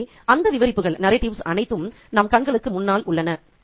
எனவே அந்த விவரிப்புகள் அனைத்தும் நம் கண்களுக்கு முன்னால் உள்ளன